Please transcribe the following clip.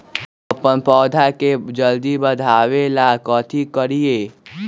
हम अपन पौधा के जल्दी बाढ़आवेला कथि करिए?